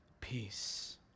peace